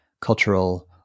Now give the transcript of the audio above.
cultural